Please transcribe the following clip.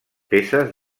peces